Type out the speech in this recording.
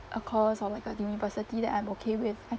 a course or like a university that I'm okay with I